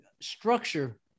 structure